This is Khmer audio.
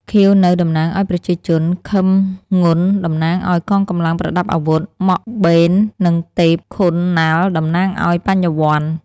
ខៀវ នៅ តំណាងឱ្យប្រជាជន ខឹម ងុន តំណាងឱ្យកងកម្លាំងប្រដាប់អាវុធ ម៉ក់ បេន និង ទេព ឃុនណាល់ តំណាងឱ្យ បញ្ញវន្ត។